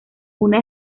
una